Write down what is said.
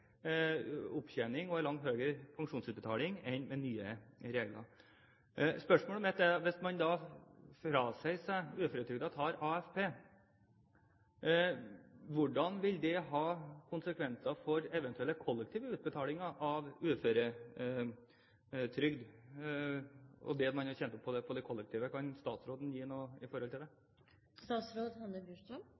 opptjening og en langt høyere pensjonsutbetaling enn med nye regler. Spørsmålet mitt er: Hvis man frasier seg uføretrygden og tar ut AFP, hvilke konsekvenser vil det ha for eventuelle kollektive utbetalinger av uføretrygd – og det man har tjent opp i den kollektive avtalen? Kan statsråden si noe om det? Jeg må bare innrømme at jeg ikke helt forstår spørsmålet når det rettes til